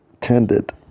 tended